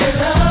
love